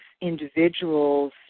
individuals